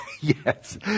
Yes